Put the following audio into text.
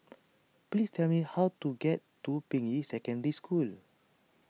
please tell me how to get to Ping Yi Secondary School